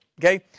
Okay